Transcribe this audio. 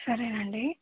సరేనండి